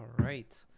right.